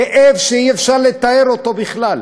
כאב שאי-אפשר לתאר אותו בכלל.